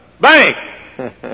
bank